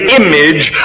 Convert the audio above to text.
image